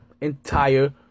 entire